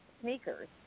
sneakers